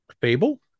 Fable